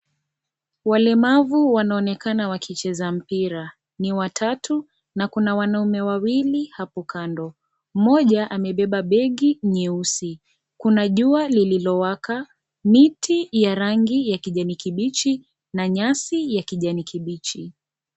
Walemavu wanaonekana wakicheza mpira, ni watatu na kuna wanaume wawili hapo kando, mmoja amebeba begi nyeusi, kuna jua lililowaka, miti ya rangi ya kijani kibichi na nyasi ya kijani kibichi.